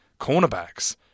cornerbacks